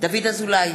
דוד אזולאי,